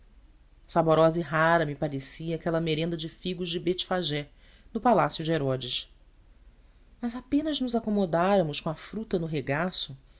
saborosa e rara me parecia aquela merenda de figos de betfagé no palácio de herodes mas apenas nos acomodáramos com a fruta no regaço